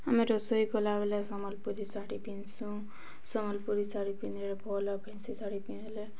ଆମେ ରୋଷେଇ କଲାବେଳେ ସମ୍ବଲପୁରୀ ଶାଢ଼ୀ ପିନ୍ଧସୁଁ ସମ୍ବଲପୁରୀ ଶାଢ଼ୀ ପିନ୍ଧିଲେ ଭଲ ଫେନ୍ସି ଶାଢ଼ୀ ପିନ୍ଧିଲେ